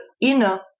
inner